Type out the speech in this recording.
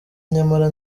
nyamara